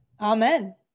Amen